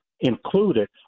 included